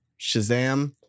Shazam